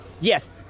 yes